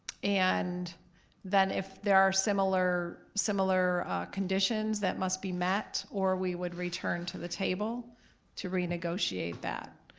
and then if there are similar similar conditions that must be met or we would return to the table to renegotiate that.